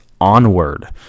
onward